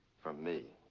from me.